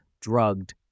drugged